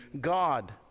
God